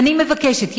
אני מבקשת,